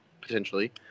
Potentially